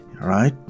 Right